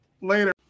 Later